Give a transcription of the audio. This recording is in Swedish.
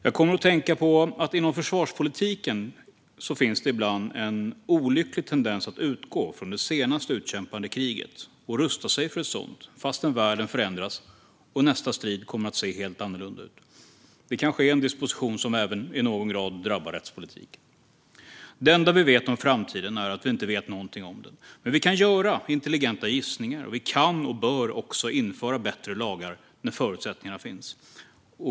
Jag kommer att tänka på att det inom försvarspolitiken ibland finns en olycklig tendens att utgå från det senast utkämpade kriget och rusta sig för ett sådant, fastän världen förändras och nästa strid kommer att se helt annorlunda ut. Det kanske är en disposition som även i någon grad drabbar rättspolitiken. Det enda vi vet om framtiden är att vi inte vet någonting om den. Men vi kan göra intelligenta gissningar. Vi kan och bör också införa bättre lagar när förutsättningarna finns.